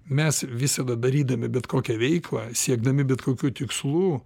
mes visada darydami bet kokią veiklą siekdami bet kokių tikslų